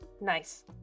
nice